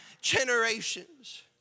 generations